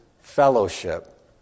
fellowship